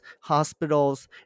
hospitals